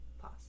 pause